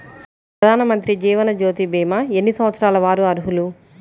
ప్రధానమంత్రి జీవనజ్యోతి భీమా ఎన్ని సంవత్సరాల వారు అర్హులు?